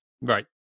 Right